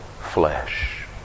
flesh